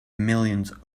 millions